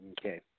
okay